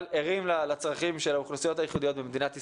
ערים לצרכים של האוכלוסיות הייחודיות במדינת ישראל.